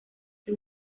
que